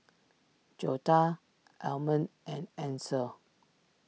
Joetta Almond and Ansel